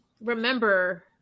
remember